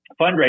fundraising